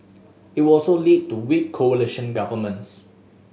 it would also lead to weak coalition governments